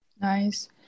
Nice